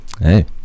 Hey